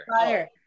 Fire